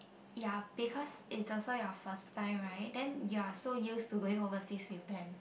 ya because it also your first time right then you are so used to going overseas with them